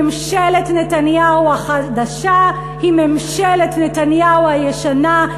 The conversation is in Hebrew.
ממשלת נתניהו החדשה היא ממשלת נתניהו הישנה,